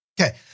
Okay